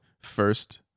First